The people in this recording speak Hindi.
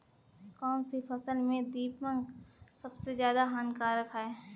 कौनसी फसल में दीमक सबसे ज्यादा हानिकारक है?